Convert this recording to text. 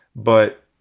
but,